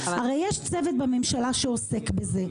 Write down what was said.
הרי יש צוות בממשלה שעוסק בזה.